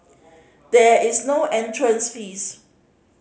there is no entrance fees